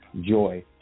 joy